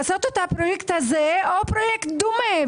לעשות את הפרויקט הזה או פרויקט דומה,